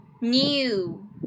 new